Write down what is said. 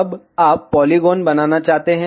अब आप पोलीगोन बनाना चाहते हैं